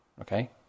Okay